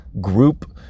group